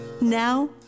Now